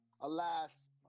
alas